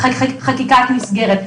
חקיקת מסגרת.